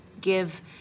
Give